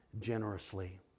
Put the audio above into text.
generously